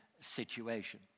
situation